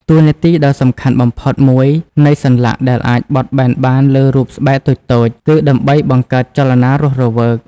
តួនាទីដ៏សំខាន់បំផុតមួយនៃសន្លាក់ដែលអាចបត់បែនបានលើរូបស្បែកតូចៗ គឺដើម្បីបង្កើតចលនារស់រវើក។